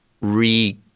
re